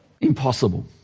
impossible